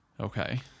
Okay